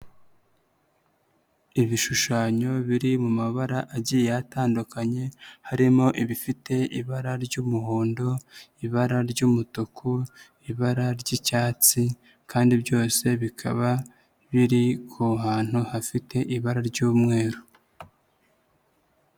Ibishushanyo biri mu mabara agiye atandukanye, harimo ibifite ibara ry'umuhondo, ibara ry'umutuku, ibara ry'icyatsi kandi byose bikaba biri ku hantu hafite ibara ry'umweru.